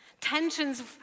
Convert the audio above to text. tensions